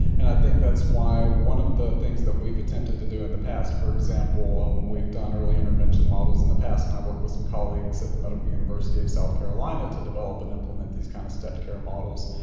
and i think that's why one of the things that we've attempted to do in the past, for example, and when we've done early intervention models in the past and i work with some colleagues at the medical university of south carolina to develop and implement these kinds of step care models,